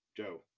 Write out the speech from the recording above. Joe